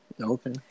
Okay